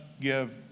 give